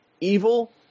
evil